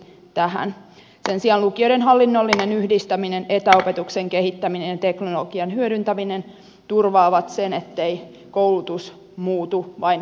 sen sijaan lukioiden hallinnollinen yhdistäminen etäopetuksen kehittäminen ja teknologian hyödyntäminen turvaavat sen ettei koulutus muutu vain keskusten palveluksi